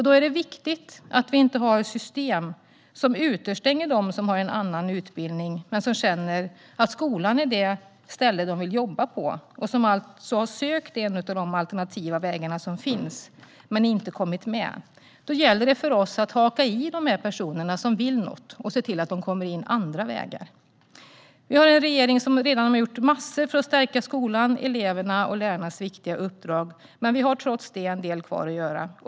Då är det viktigt att vi inte har system som utestänger dem som har en annan utbildning men som känner att skolan är det ställe de vill jobba på och som alltså har sökt en av de alternativa vägar som finns men inte kommit med. Då gäller det för oss att haka i de här personerna, som vill något, och se till att de kommer in via andra vägar. Vi har en regering som redan har gjort massor för att stärka skolan, eleverna och lärarnas viktiga uppdrag. Men vi har trots det en del kvar att göra.